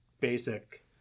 basic